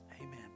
Amen